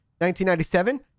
1997